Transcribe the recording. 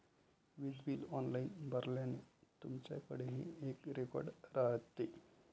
वीज bill online भरल्याने, तुमच्याकडेही एक रेकॉर्ड राहते